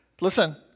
Listen